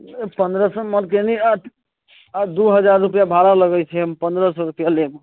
पंद्रह सए मलकिनी आ दू हजार रूपैआ भाड़ा लगैत छै हम पंद्रह सए रूपैआ लेब